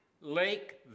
Lake